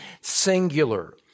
singular